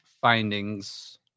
findings